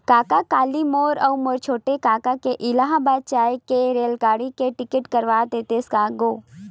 कका काली मोर अऊ मोर छोटे कका के इलाहाबाद जाय के रेलगाड़ी के टिकट करवा देतेस का गो